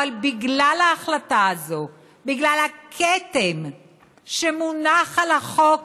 אבל בגלל ההחלטה הזאת, בגלל הכתם שמונח על החוק